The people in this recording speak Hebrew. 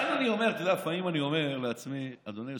לפעמים אני אומר לעצמי, אדוני היושב-ראש: